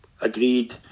agreed